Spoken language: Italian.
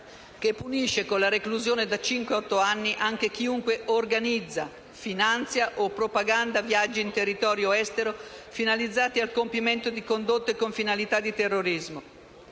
che punisce con la reclusione da cinque a otto anni anche chiunque organizza, finanzia o propaganda viaggi in territorio estero finalizzati al compimento di condotte con finalità di terrorismo.